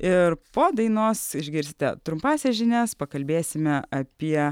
ir po dainos išgirsite trumpąsias žinias pakalbėsime apie